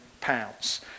pounds